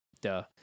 duh